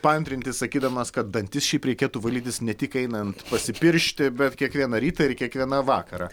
paantrinti sakydamas kad dantis šiaip reikėtų valytis ne tik einant pasipiršti be kiekvieną rytą ir kiekvieną vakarą